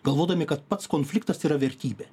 galvodami kad pats konfliktas yra vertybė